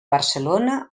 barcelona